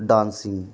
dancing